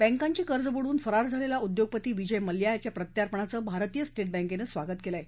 बँकांची कर्ज बुडवून फरार झालेला उद्योगपती विजय मल्ल्या याच्या प्रत्यापणाचं भारतीय स्टेट बँकेनं स्वागत केलं आहे